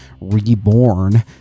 reborn